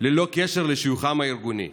ללא קשר לשיוכם הארגוני.